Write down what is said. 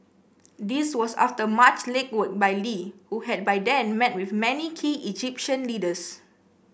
this was after much legwork by Lee who had by then met with many key Egyptian leaders